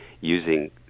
using